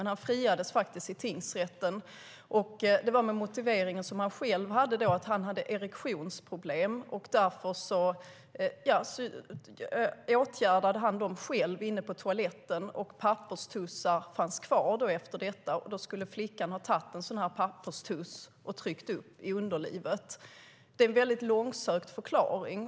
Men han friades faktiskt i tingsrätten. Hans motivering var att han hade erektionsproblem. Han åtgärdade dem själv inne på toaletten. Papperstussar fanns kvar efter detta, och då skulle flickan ha tagit en sådan papperstuss och tryckt upp den i underlivet. Det är en väldigt långsökt förklaring.